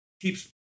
keeps